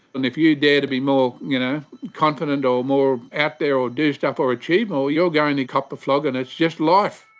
and if you dare to be more, you know, confident or more out there or do stuff or achieve more you're going to cop the flogging, it's just life.